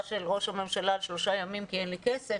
של ראש הממשלה על שלושה ימים כי 'אין לי כסף'